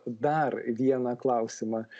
dar vieną klausimą